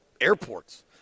airports